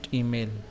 email